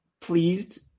pleased